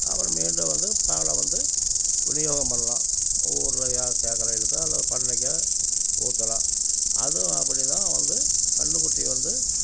அப்புறம் மீண்டும் வந்து பாலை வந்து விநியோகம் பண்ணலாம் ஊரில் யார் கேக்கறவகளுக்கோ அல்லது பண்ணைக்கோ ஊற்றலாம் அதுவும் அப்படி தான் வந்து கன்றுக்குட்டி வந்து